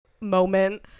moment